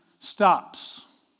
stops